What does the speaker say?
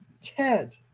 Ted